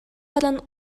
баран